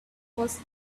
was